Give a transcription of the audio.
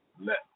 let